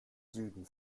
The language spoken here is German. süden